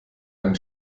einen